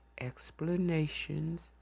explanations